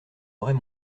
aurait